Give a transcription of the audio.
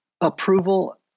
approval